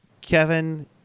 Kevin